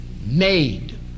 made